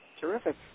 Terrific